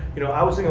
you know, i was like